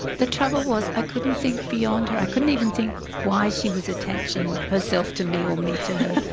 the trouble was i couldn't think beyond her, i couldn't even think why she was attaching herself to me or me to her.